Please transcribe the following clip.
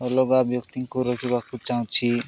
ଅଲଗା ବ୍ୟକ୍ତିଙ୍କୁ ରଖିବାକୁ ଚାହୁଁଛି